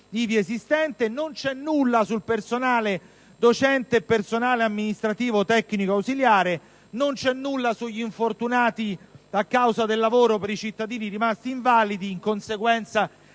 ivi esistente. Non c'è nulla sul personale docente e amministrativo, tecnico, ausiliare. Non c'è nulla sugli infortunati a causa del lavoro, per i cittadini rimasti invalidi in conseguenza